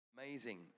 Amazing